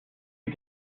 you